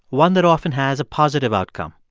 one that often has a positive outcome.